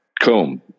Comb